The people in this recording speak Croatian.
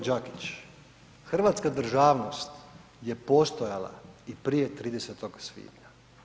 G. Đakić, hrvatska državnost je postojala i prije 30. svibnja.